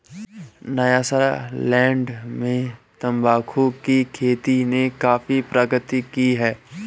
Nyasaland में तंबाकू की खेती ने काफी प्रगति की है